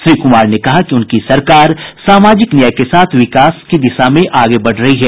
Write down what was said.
श्री कुमार ने कहा कि उनकी सरकार सामाजिक न्याय के साथ विकास पर आगे बढ़ रही है